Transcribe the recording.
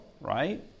right